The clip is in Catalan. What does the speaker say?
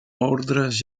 ordres